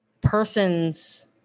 persons